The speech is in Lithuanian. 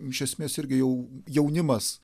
iš esmės irgi jau jaunimas